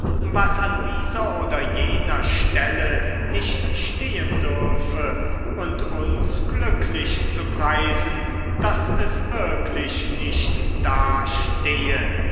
was an dieser oder jener stelle nicht stehen dürfe und uns glücklich zu preisen daß es wirklich nicht da stehe